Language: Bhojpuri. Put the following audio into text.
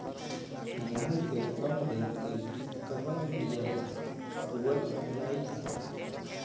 गेहूं के कम दिन के कवन बीआ बोअल जाई?